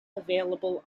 available